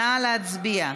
נא להצביע.